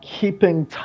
Keeping